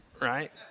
right